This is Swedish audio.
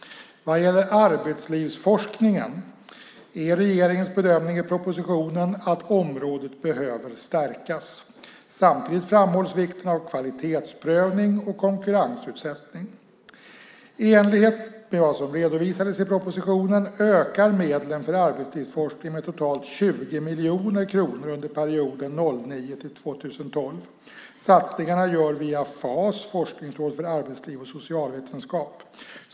Vad gäller arbetslivsforskningen är regeringens bedömning i propositionen att området behöver stärkas. Samtidigt framhålls vikten av kvalitetsprövning och konkurrensutsättning. I enlighet med vad som redovisades i propositionen ökar medlen för arbetslivsforskning med totalt 20 miljoner kronor under perioden 2009-2012. Satsningen görs via FAS, Forskningsrådet för arbetsliv och socialvetenskap.